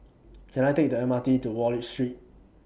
Can I Take The M R T to Wallich Street